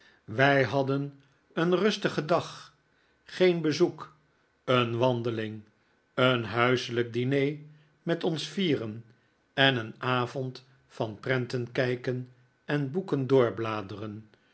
wij hadden een rustigen dag geen bezoek een wandeling een huiselijk diner met ons vieren en een avond van prenten kijken en boeken